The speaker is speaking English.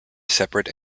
separate